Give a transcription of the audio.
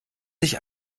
sich